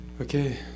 Okay